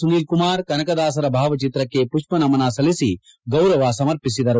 ಸುನಿಲ್ ಕುಮಾರ್ ಕನಕದಾಸರ ಭಾವಚಿತ್ರಕ್ಕೆ ಪುಷ್ಪನಮನ ಸಲ್ಲಿಸಿ ಗೌರವ ಸಮರ್ಪಿಸಿದರು